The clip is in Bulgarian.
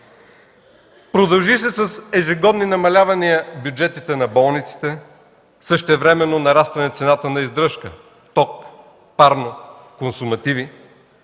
Продължи се с ежегодни намалявания на бюджетите на болниците, същевременно – нарастване цената на издръжка, ток, парно, консумативи,